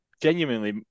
genuinely